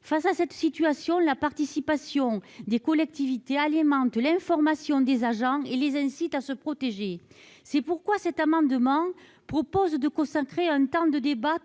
Face à cette situation, la participation financière des collectivités alimente l'information des agents et les incite à se protéger. C'est pourquoi cet amendement tend à consacrer, tous les trois ans, un temps de débat